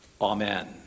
Amen